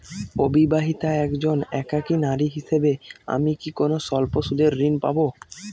অবিবাহিতা একজন একাকী নারী হিসেবে আমি কি কোনো স্বল্প সুদের ঋণ পাব?